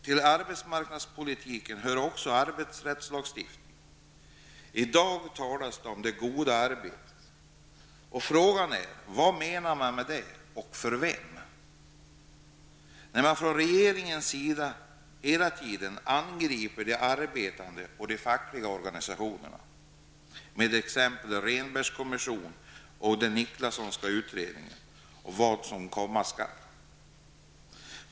Till arbetsmarknadspolitiken hör också arbetsrättslagstiftningen. I dag talas det om det goda arbetet. Frågan är: Vad menar man med det, och för vem? Från regeringens sida angriper man hela tiden de arbetande och de fackliga organisationerna -- med exempelvis Rehnbergs kommission och den Nicklassonska utredningen, och vad som komma skall.